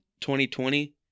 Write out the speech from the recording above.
2020